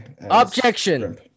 objection